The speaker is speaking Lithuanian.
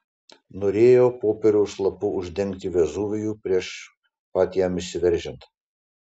norėjo popieriaus lapu uždengti vezuvijų prieš pat jam išsiveržiant